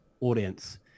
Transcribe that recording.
audience